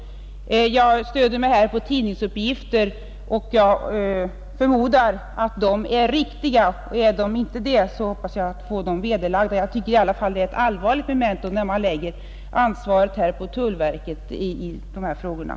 Jag stöder mig här på tidningsuppgifter, och jag förmodar att de är riktiga. Är de inte det hoppas jag att de blir vederlagda. Jag tycker dock att det är ett allvarligt memento när ansvaret för dessa frågor nu läggs på tullverket.